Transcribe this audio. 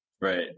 Right